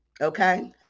Okay